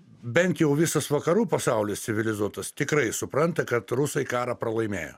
bent jau visas vakarų pasaulis civilizuotas tikrai supranta kad rusai karą pralaimėjo